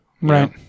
right